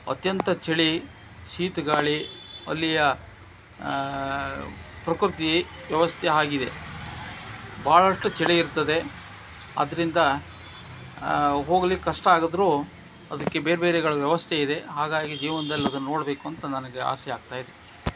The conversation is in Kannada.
ಅತ್ಯಂತ ಚಳಿ ಶೀತ ಗಾಳಿ ಅಲ್ಲಿಯ ಪ್ರಕೃತಿ ವ್ಯವಸ್ಥೆ ಹಾಗಿದೆ ಭಾಳಷ್ಟು ಚಳಿ ಇರುತ್ತದೆ ಆದ್ದರಿಂದ ಹೋಗ್ಲಿಕ್ಕೆ ಕಷ್ಟ ಆಗಿದ್ರೂ ಅದಕ್ಕೆ ಬೇರೆ ಬೇರೆಗಳ ವ್ಯವಸ್ಥೆ ಇದೆ ಹಾಗಾಗಿ ಜೀವನ್ದಲ್ಲಿ ಅದನ್ನು ನೋಡಬೇಕು ಅಂತ ನನಗ್ ಆಸೆ ಆಗ್ತಾ ಇದೆ